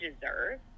deserve